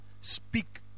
speak